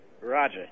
Roger